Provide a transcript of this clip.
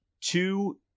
two